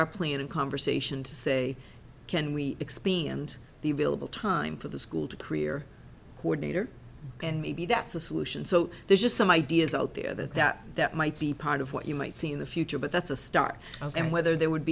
our plea in conversation to say can we expand the available time for the school to career coordinator and maybe that's a solution so there's just some ideas out there that that that might be part of what you might see in the future but that's a start and whether there would